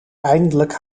eindelijk